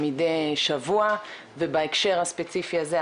מידי שבוע ובהקשר הספציפי הזה,